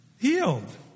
healed